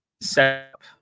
setup